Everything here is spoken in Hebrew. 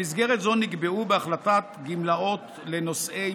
במסגרת זו נקבעו בהחלטת גמלאות לנושאי